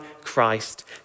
Christ